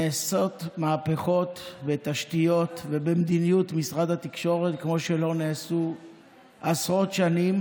נעשות מהפכות בתשתיות ובמדיניות משרד התקשורת כמו שלא נעשו עשרות שנים,